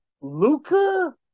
Luca